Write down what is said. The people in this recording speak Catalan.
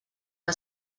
que